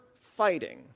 fighting